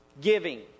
giving